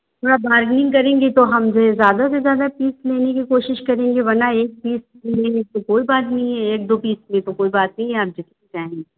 थोड़ा बारगेनिंग करेंगे तो हम जो है ज़्यादा से ज़्यादा पीस लेने की कोशिश करेंगे वरना एक पीस लेने से कोई बात नहीं है एक दो पीस के लिए तो कोई बात नहीं आप जितना चाहें